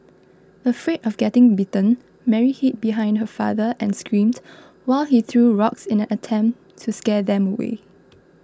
afraid of getting bitten Mary hid behind her father and screamed while he threw rocks in an attempt to scare them away